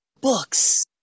Books